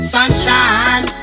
Sunshine